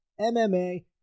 MMA